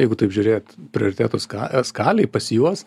jeigu taip žiūrėt prioritetus ką e skalėj pas juos